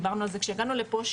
דיברנו על זה כשהגענו לפה,